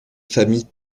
familles